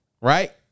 right